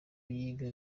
yiga